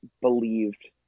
believed